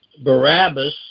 barabbas